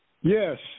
Yes